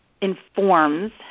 informs